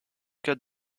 cas